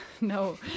No